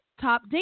top